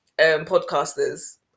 podcasters